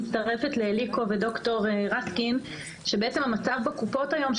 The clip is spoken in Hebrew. מצטרפת לאליקו ולד"ר רסקין שהמצב בקופות היום הוא